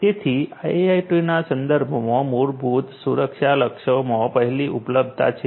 તેથી આઈઆઈઓટી ના સંદર્ભમાં મૂળભૂત સુરક્ષા લક્ષ્યોમાં પહેલી ઉપલબ્ધતા છે